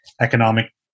economic